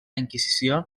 inquisició